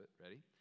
Ready